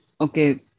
Okay